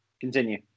continue